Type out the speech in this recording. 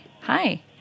hi